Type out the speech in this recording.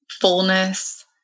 fullness